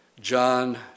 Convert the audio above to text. John